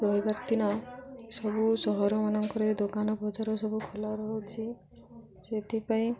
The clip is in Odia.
ରବିବାର ଦିନ ସବୁ ସହରମାନଙ୍କରେ ଦୋକାନ ବଜାର ସବୁ ଖୋଲା ରହୁଛି ସେଥିପାଇଁ